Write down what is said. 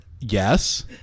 yes